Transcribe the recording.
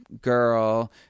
girl